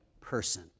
person